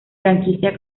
franquicia